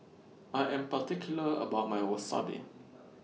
I Am particular about My Wasabi